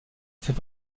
fait